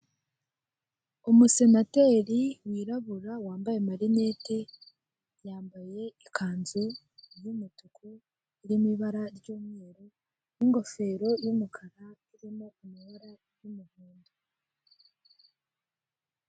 Umusenateri wirabura, wambaye amarinete, yambaye ikanzu y'umutuku, irimo ibara ry'umweru, n'ingofero y'umukara, irimo amabara y'umuhondo.